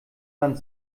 land